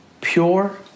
Pure